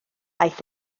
aeth